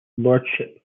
lordship